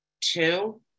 Two